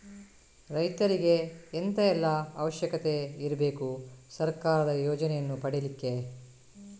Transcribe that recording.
ರೈತರಿಗೆ ಎಂತ ಎಲ್ಲಾ ಅವಶ್ಯಕತೆ ಇರ್ಬೇಕು ಸರ್ಕಾರದ ಯೋಜನೆಯನ್ನು ಪಡೆಲಿಕ್ಕೆ?